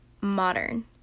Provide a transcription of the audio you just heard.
modern